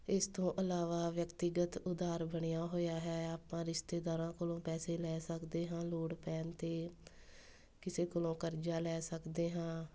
ਇਸ ਤੋਂ ਇਲਾਵਾ ਵਿਅਕਤੀਗਤ ਉਧਾਰ ਬਣਿਆ ਹੋਇਆ ਹੈ ਆਪਾਂ ਰਿਸ਼ਤੇਦਾਰਾਂ ਕੋਲੋਂ ਪੈਸੇ ਲੈ ਸਕਦੇ ਹਾਂ ਲੋੜ ਪੈਣ 'ਤੇ ਕਿਸੇ ਕੋਲੋਂ ਕਰਜ਼ਾ ਲੈ ਸਕਦੇ ਹਾਂ